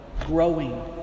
growing